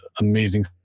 amazing